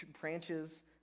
branches